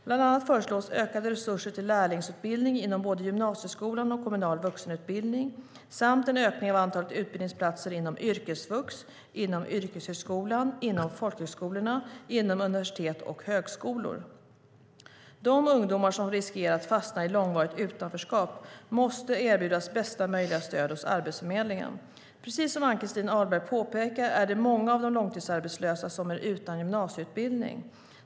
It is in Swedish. Bland annat föreslås ökade resurser till lärlingsutbildningen inom både gymnasieskolan och kommunal vuxenutbildning samt en ökning av antalet utbildningsplatser inom yrkesvux, yrkeshögskolan, folkhögskolor, universitet och högskolor. De ungdomar som riskerar att fastna i långvarigt utanförskap måste erbjudas bästa möjliga stöd hos Arbetsförmedlingen. Precis som Ann-Christin Ahlberg påpekar är det många av de långtidsarbetslösa som är utan gymnasieutbildning.